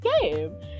game